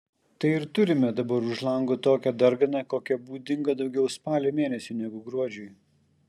tai ir turime dabar už lango tokią darganą kokia būdinga daugiau spalio mėnesiui negu gruodžiui